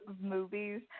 movies